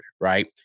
right